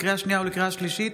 לקריאה שנייה ולקריאה שלישית: